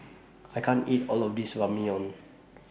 I can't eat All of This Ramyeon